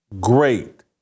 great